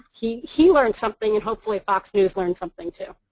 he he learned something and hopefully fox news learned something too.